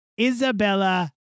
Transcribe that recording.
Isabella